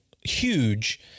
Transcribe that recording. huge